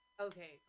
Okay